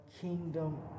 kingdom